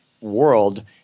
world